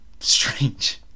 strange